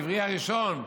העברי הראשון,